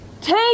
Take